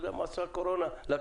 אני לא יודע מה עשתה הקורונה לכנסת.